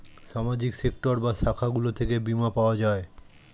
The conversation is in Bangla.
সামাজিক সেক্টর বা শাখাগুলো থেকে বীমা পাওয়া যায়